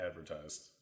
advertised